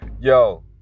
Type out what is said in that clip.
Yo